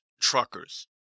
truckers